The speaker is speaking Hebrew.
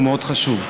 הוא מאוד חשוב,